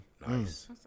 Nice